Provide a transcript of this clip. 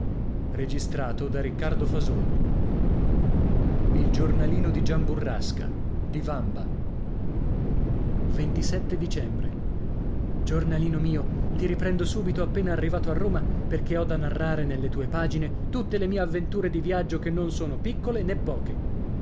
rivederci dunque a io e avete dicembre giornalino mio ti riprendo subito appena arrivato a roma perché ho da narrare nelle tue pagine tutte le mie avventure di viaggio che non sono piccole né poche